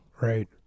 Right